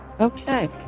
Okay